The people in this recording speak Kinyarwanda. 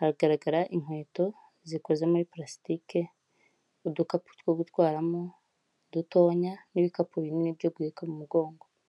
hagaragara inkweto zikoze muri palasitike, udukapu two gutwaramo dutoya n'ibikapu binini byo guhika mu mugongo.